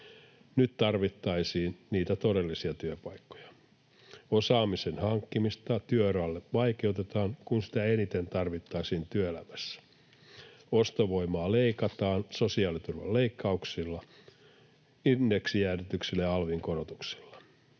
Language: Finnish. nyt tarvittaisiin niitä todellisia työpaikkoja. Osaamisen hankkimista työuralle vaikeutetaan, kun sitä eniten tarvittaisiin työelämässä. Ostovoimaa leikataan sosiaaliturvan leikkauksilla, indeksijäädytyksillä ja alvin korotuksilla.